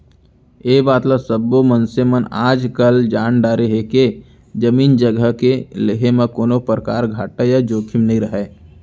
ए बात ल सब्बो मनसे मन आजकाल जान डारे हें के जमीन जघा के लेहे म कोनों परकार घाटा या जोखिम नइ रहय